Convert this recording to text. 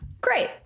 Great